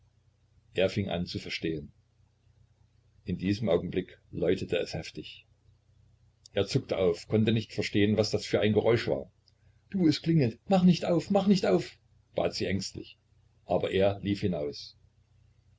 er fing an zu verstehen in diesem augenblick läutete es heftig er zuckte auf konnte nicht verstehen was das für ein geräusch war du es klingelt mach nicht auf mach nicht auf bat sie ängstlich aber er lief hinaus